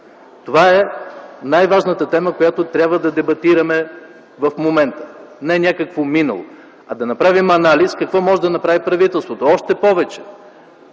Това е най-важната тема, която трябва да дебатираме в момента, не някакво минало, а да направим анализ какво може да направи правителството. Беше